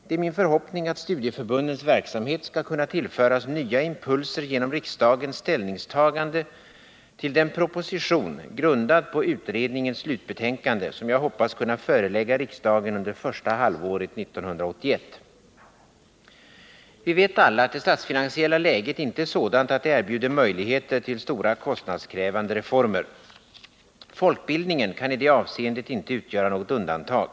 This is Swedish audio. Det är min förhoppning att studieförbundens verksamhet skall kunna tillföras nya impulser genom riksdagens ställningstagande till den proposition, grundad på utredningens slutbetänkande, som jag hoppas kunna förelägga riksdagen under första halvåret 1981. Vi vet alla att det statsfinansiella läget inte är sådant att det erbjuder möjligheter till stora kostnadskrävande reformer. Folkbildningen kan i det avseendet inte utgöra något undantag.